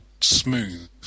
smooth